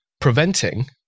preventing